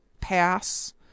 pass